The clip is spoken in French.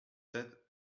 sept